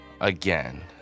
Again